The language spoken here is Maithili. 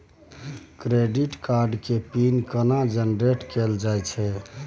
क्रेडिट कार्ड के पिन केना जनरेट कैल जाए छै?